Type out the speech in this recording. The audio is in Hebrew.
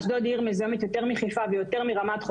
אשדוד עיר מזוהמת יותר מחיפה ויותר מרמת חובב,